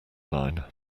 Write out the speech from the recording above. line